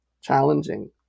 challenging